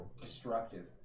destructive